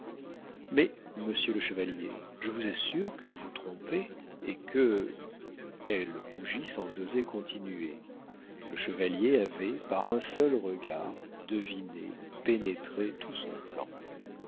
mais monsieur le chevalier je vous assure que vous vous trompez et que elle rougit sans oser continuer le chevalier avait par un seul regard deviné pénétré tout son plan